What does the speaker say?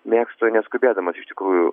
mėgstu neskubėdamas iš tikrųjų